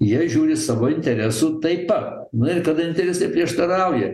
jie žiūri savo interesų taip pat na ir kada interesai prieštarauja